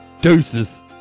deuces